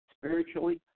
spiritually